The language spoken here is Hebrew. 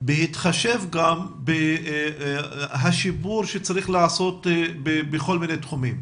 בהתחשב גם בשיפור שצריך לעשות בכל מיני תחומים,